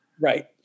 Right